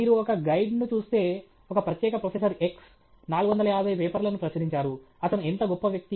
మీరు ఒక గైడ్ను చూస్తే ఒక ప్రత్యేక ప్రొఫెసర్ X' 450 పేపర్లను ప్రచురించారు అతను ఎంత గొప్ప వ్యక్తి